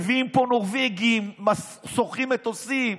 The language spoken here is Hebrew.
מביאים פה נורבגים, שוכרים מטוסים.